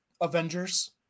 Avengers